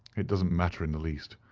it doesn't matter in the least.